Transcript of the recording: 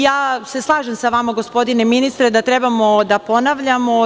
Ja se slažem sa vama, gospodine ministre, da trebamo da ponavljamo.